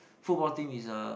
football team is a